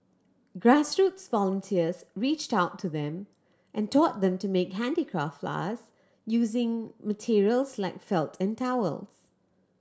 grassroots volunteers reached out to them and taught them to make handicraft flowers using materials like felt and towels